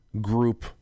group